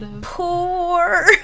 poor